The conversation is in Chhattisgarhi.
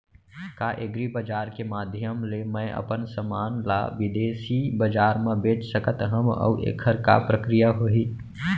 का एग्रीबजार के माधयम ले मैं अपन समान ला बिदेसी बजार मा बेच सकत हव अऊ एखर का प्रक्रिया होही?